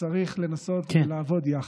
וצריך לנסות לעבוד יחד.